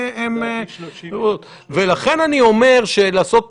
אני מזכיר שבעניין חוק